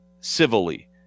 civilly